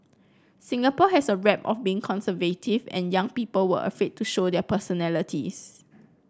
Singapore had a rep of being conservative and young people were afraid to show their personalities